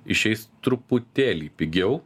išeis truputėlį pigiau